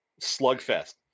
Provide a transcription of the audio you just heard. slugfest